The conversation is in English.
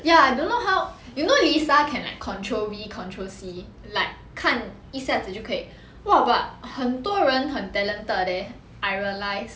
ya I don't know how you know lisa can control V control C 看一下子就可以 !wah! but 很多人很 talented leh I realize